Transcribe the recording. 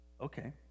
Okay